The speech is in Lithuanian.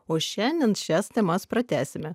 o šiandien šias temas pratęsime